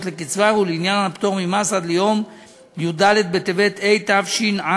לקצבה ולעניין הפטור ממס עד ליום י"ד בטבת התש"ע,